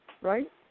right